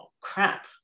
crap